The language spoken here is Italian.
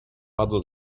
vado